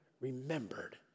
remembered